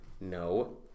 No